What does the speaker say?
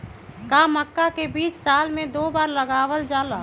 का मक्का के बीज साल में दो बार लगावल जला?